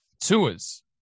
tours